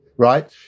right